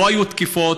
לא היו תקיפות.